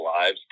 lives